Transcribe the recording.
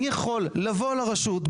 אני יכול לבוא לרשות,